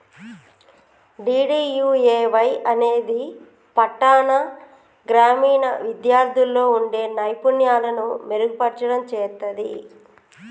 DDUAY అనేది పట్టాణ, గ్రామీణ విద్యార్థుల్లో వుండే నైపుణ్యాలను మెరుగుపర్చడం చేత్తది